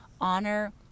Honor